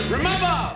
Remember